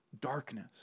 darkness